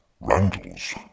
Randall's